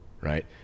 right